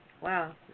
Wow